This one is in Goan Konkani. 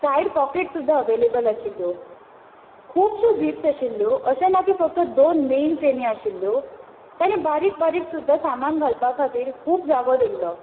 सायड पॉकेट सुद्दां अवेलेबल आशिल्ल्यो खुबश्यो जिप्स आशिल्ल्यो अशें ना की फक्त दोन मैन चैनी आशिल्ल्यो ताणी बारीक बारीक सुद्दां सामान घालपा खातीर खूब जागो दिल्लो